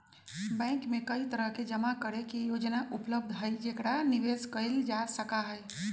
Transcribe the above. bank में कई तरह के जमा करे के योजना उपलब्ध हई जेकरा निवेश कइल जा सका हई